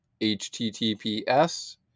https